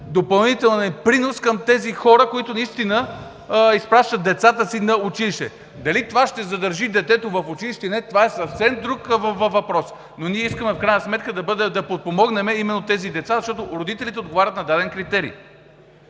допълнителен принос към тези хора, които наистина изпращат децата си на училище. А дали това ще задържи детето в училище, това е съвсем друг въпрос. Но ние искаме в крайна сметка да подпомогнем тези деца, защото родителите отговарят на даден критерий.